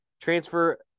transfer